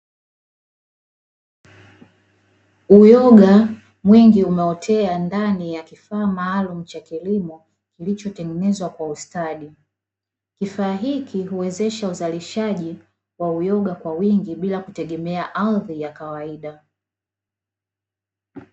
Uyoga mwingi umeotea ndani ya kifaa maalumu cha kilimo kilichotengenezwa kwa ustadi. Kifaa hiki huwezesha uzalishaji wa uyoga kwa wingi bila kutegemea ardhi ya kawaida.